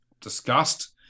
discussed